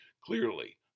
Clearly